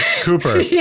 Cooper